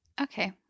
Okay